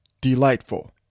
delightful